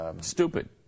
Stupid